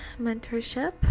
mentorship